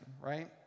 right